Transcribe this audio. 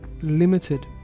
limited